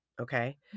Okay